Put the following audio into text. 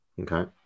Okay